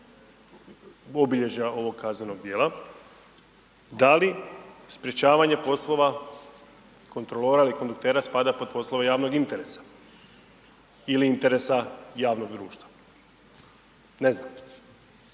obilježja ovog kaznenog djela, da li sprječavanje poslova kontrolora ili konduktera spada pod poslove javnog interesa ili interesa javnog društva? Ne znam,